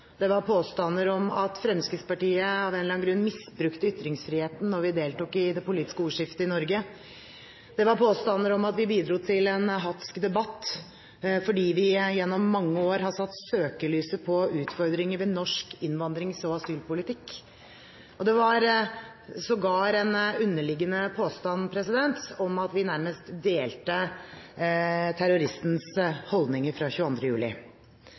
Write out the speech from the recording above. det var påstander om at Fremskrittspartiet av en eller annen grunn misbrukte ytringsfriheten når vi deltok i det politiske ordskiftet i Norge, det var påstander om at vi bidro til en hatsk debatt, fordi vi gjennom mange år har satt søkelyset på utfordringer ved norsk innvandrings- og asylpolitikk, og det var sågar en underliggende påstand om at vi nærmest delte terroristens holdninger fra 22. juli.